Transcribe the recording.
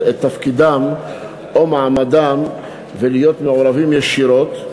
את תפקידם או מעמדם ולהיות מעורבים ישירות,